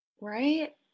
right